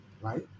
right